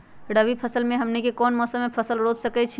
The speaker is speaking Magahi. रबी फसल में हमनी के कौन कौन से फसल रूप सकैछि?